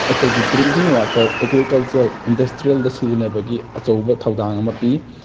ꯑꯩꯈꯣꯏꯒꯤ drinking water agricultural ꯏꯟꯗꯁꯇ꯭ꯔꯤꯗ ꯁꯤꯖꯤꯟꯅꯕꯒꯤ ꯑꯆꯧꯕ ꯊꯧꯗꯥꯡ ꯑꯃ ꯄꯤ